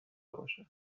باشد